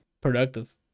productive